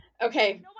Okay